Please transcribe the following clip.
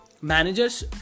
managers